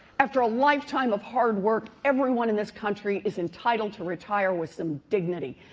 after a lifetime of hard work, everyone in this country is entitled to retire with some dignity,